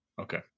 Okay